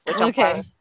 Okay